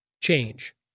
change